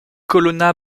colonna